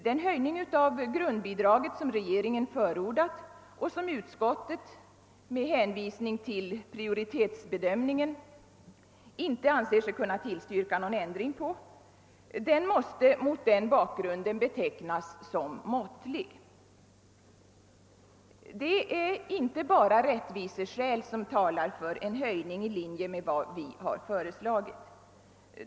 Den höjning av grundbidraget som regeringen förordat och som utskottet, med hänvisning till prioritetsbedömningen inte anser sig kunna tillstyrka någon ändring av, måste mot den bakgrunden betecknas som måttlig. Det är inte bara rättviseskäl som talar för en höjning i linje med vad vi har föreslagit.